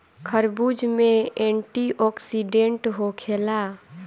खरबूज में एंटीओक्सिडेंट होखेला